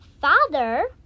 Father